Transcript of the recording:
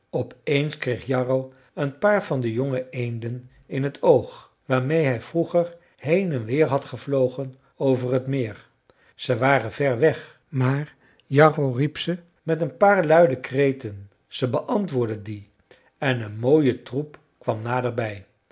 op eens kreeg jarro een paar van de jonge eenden in het oog waarmeê hij vroeger heen en weer had gevlogen over het meer ze waren ver weg maar jarro riep ze met een paar luide kreten ze beantwoordden die en een mooie troep kwam naderbij